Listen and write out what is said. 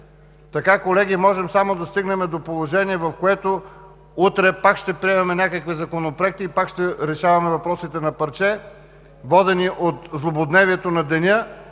Така, колеги, можем само да стигнем до положение, в което утре пак ще приемаме някакви законопроекти и пак ще решаваме въпросите на парче, водени от злободневието на деня,